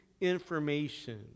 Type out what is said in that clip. information